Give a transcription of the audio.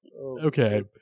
okay